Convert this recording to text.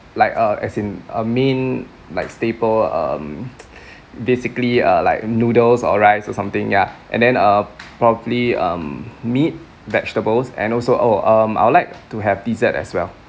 like err as in a main like staple um basically uh like noodles or rice or something ya and then uh probably um meat vegetables and also oh um I would like to have dessert as well